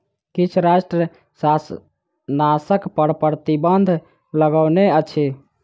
किछ राष्ट्र शाकनाशक पर प्रतिबन्ध लगौने अछि